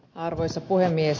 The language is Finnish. arvoisa puhemies